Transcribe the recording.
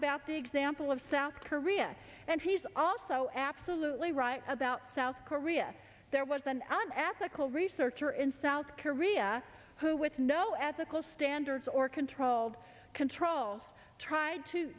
about the example of south korea and he's also absolutely right about south korea there was an africa researcher in south korea who with no ethical standards or controlled controls tr